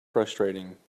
frustrating